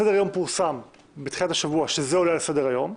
סדר-יום פורסם בתחילת השבוע שזה עולה על סדר היום.